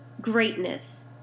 greatness